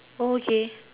oh okay